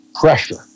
pressure